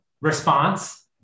response